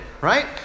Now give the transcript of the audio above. right